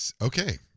okay